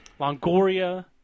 Longoria